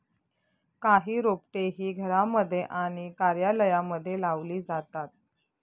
काही रोपटे ही घरांमध्ये आणि कार्यालयांमध्ये लावली जातात